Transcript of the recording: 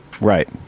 Right